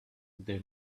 they